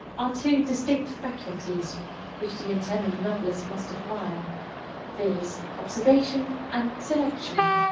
are two distinct faculties which the in tending novelist must acquire viz, observation and selection.